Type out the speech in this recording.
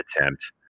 attempt